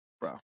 Bro